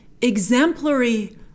exemplary